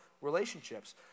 relationships